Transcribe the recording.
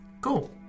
Cool